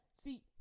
see